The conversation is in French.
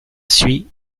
suit